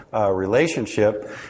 relationship